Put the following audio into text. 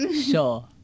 Sure